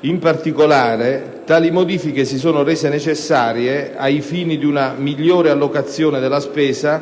In particolare, tali modifiche si sono rese necessarie ai fini di una migliore allocazione della spesa